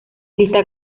lista